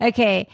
Okay